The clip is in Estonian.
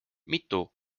mitu